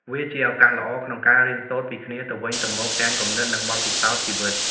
វាជាឱកាសល្អក្នុងការ រៀនសូត្រពីគ្នាទៅវិញទៅមក ទាំងគំនិត និងបទពិសោធន៍ជីវិត។